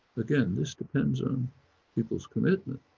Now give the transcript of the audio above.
again, this depends on people's commitment,